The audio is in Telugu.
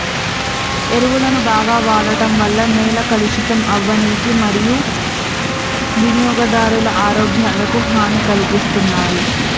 ఎరువులను బాగ వాడడం వల్ల నేల కలుషితం అవ్వనీకి మరియూ వినియోగదారుల ఆరోగ్యాలకు హనీ కలిగిస్తున్నాయి